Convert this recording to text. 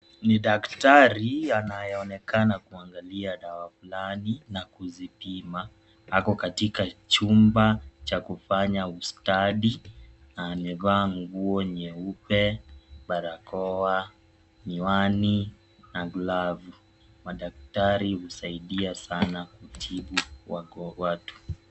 Ni daktari anayeonekana kuangalia dawa fulani na kuzipima ako katika chumba cha kufanya ustadi. Amevaa nguo nyeupe, barakoa, miwani, na glavu. Madaktari husaidia sana kutibu watu.